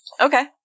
Okay